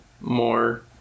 more